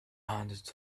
hundreds